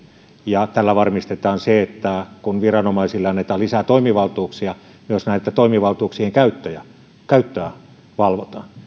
ja tällä varmistetaan se että kun viranomaisille annetaan lisää toimivaltuuksia myös näitten toimivaltuuksien käyttöä valvotaan